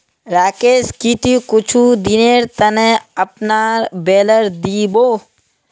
राकेश की ती कुछू दिनेर त न अपनार बेलर दी बो